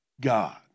God